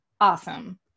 awesome